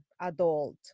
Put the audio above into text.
adult